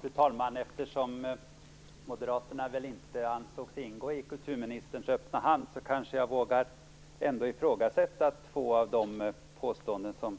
Fru talman! Eftersom Moderaterna väl inte ansågs omfattas av kulturministerns öppna hand kanske jag vågar ifrågasätta två av de påståenden som